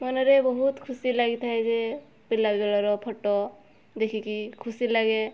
ମନରେ ବହୁତ ଖୁସି ଲାଗିଥାଏ ଯେ ପିଲା ବେଳର ଫଟୋ ଦେଖିକି ଖୁସି ଲାଗେ